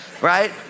Right